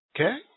Okay